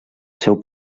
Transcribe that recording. seu